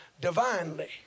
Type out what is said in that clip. divinely